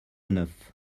neuf